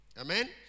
Amen